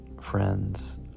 friends